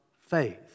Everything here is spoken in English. faith